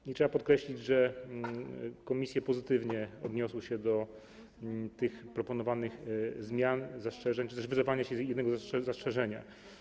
I trzeba podkreślić, że komisje pozytywnie odniosły się do tych proponowanych zmian, zastrzeżeń czy też do wycofania jednego zastrzeżenia.